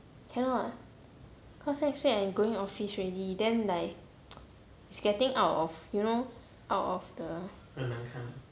cannot cause next week I going office already then like it's getting out of you know out of the